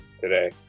today